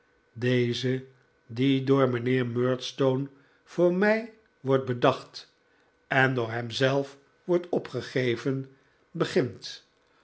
deze die door mijnheer murdstone voor mij wordt bedacht en door hem zelf wordt opgegeven begint